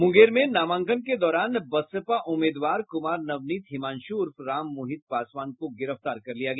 मूंगेर में नामांकन के दौरान बसपा उम्मीदवार कुमार नवनीत हिमांशु उर्फ राम मोहित पासवान को गिरफ्तार कर लिया गया